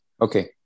Okay